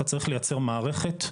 אתה צריך ליצר מערכת,